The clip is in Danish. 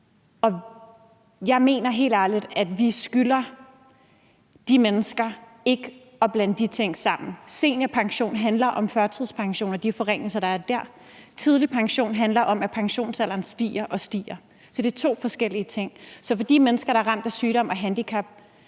Jeg mener helt ærligt, at vi skylder de mennesker ikke at blande de ting sammen. Seniorpension handler om førtidspension og de forringelser, der er der, og tidlig pension handler om, at pensionsalderen stiger og stiger, så det er to forskellige ting. De mennesker, der er ramt af sygdom og handicap,